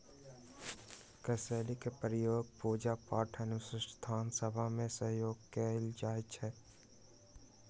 कसेलि के प्रयोग पूजा पाठ अनुष्ठान सभ में सेहो कएल जाइ छइ